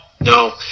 No